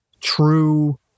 True